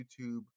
YouTube